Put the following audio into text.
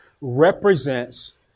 represents